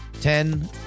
ten